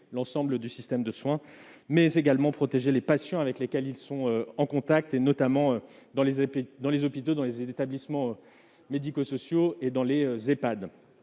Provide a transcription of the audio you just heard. l'ensemble du système de soins, mais également protéger les patients avec lesquels ils sont en contact, notamment dans les hôpitaux, les établissements médico-sociaux et les